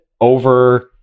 over